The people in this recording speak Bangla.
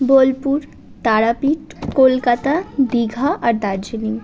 বোলপুর তারাপীঠ কলকাতা দীঘা আর দার্জিলিং